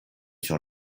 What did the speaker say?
sur